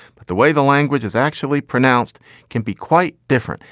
but the way the language is actually pronounced can be quite different.